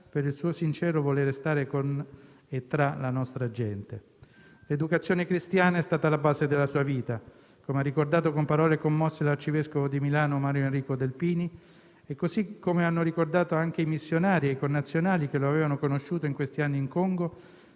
per il suo sincero voler restare con e tra la nostra gente. L'educazione cristiana è stata la base della sua vita, come ha ricordato con parole commosse l'arcivescovo di Milano Mario Enrico Delpini e come hanno ricordato anche i missionari e i connazionali che lo avevano conosciuto in questi anni in Congo